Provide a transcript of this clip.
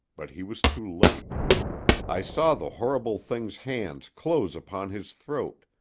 but he was too late i saw the horrible thing's hands close upon his throat,